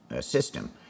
system